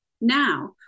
Now